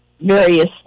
various